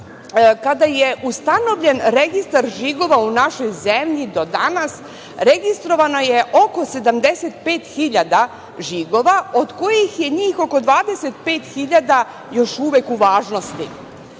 kada je ustanovljen Registar žigova u našoj zemlji do danas registrovano je oko 75 hiljada žigova, od kojih je njih oko 25 hiljada još uvek u važnosti.